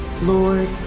Lord